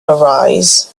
arise